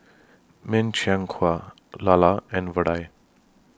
Min Chiang Kueh Lala and Vadai